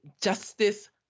justice